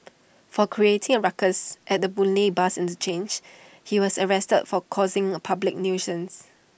for creating A ruckus at the boon lay bus interchange he was arrested for causing A public nuisance